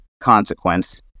consequence